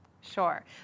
Sure